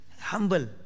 humble